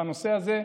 בנושא הזה,